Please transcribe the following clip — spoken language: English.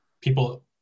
people